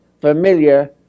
familiar